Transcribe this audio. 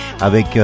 avec